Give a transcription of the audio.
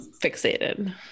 fixated